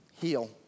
heal